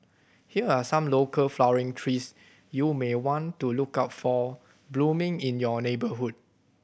here are some local flowering trees you may want to look out for blooming in your neighbourhood